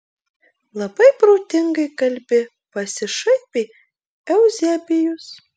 labai protingai kalbi pasišaipė euzebijus